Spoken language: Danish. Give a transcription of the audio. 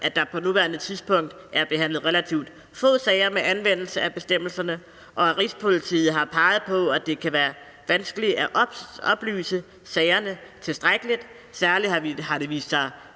at der på nuværende tidspunkt er behandlet relativt få sager med anvendelse af bestemmelserne, og at Rigspolitiet har peget på, at det kan være vanskeligt at oplyse sagerne tilstrækkeligt. Særlig har det vist sig